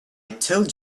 told